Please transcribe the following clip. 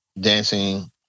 dancing